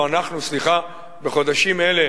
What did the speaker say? בחודשים אלה